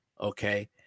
okay